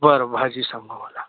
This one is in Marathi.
बरं भाजी सांगा मला